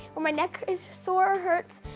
or my neck is sore or hurts.